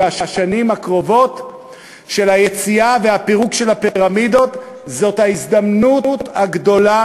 והשנים הקרובות של היציאה והפירוק של הפירמידות הן ההזדמנות הגדולה